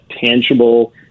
tangible